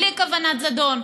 בלי כוונת זדון,